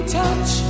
touch